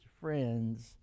friends